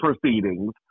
proceedings